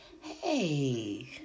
hey